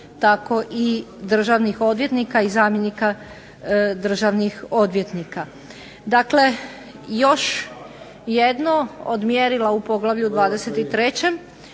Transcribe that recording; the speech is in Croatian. tako i državnih odvjetnika i zamjenika državnih odvjetnika. Dakle, još jedno od mjerila u poglavlju 23.